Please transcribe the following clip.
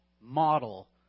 model